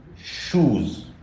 shoes